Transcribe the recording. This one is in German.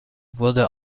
wurde